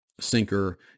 sinker